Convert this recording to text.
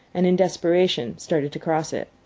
and in desperation started to cross it.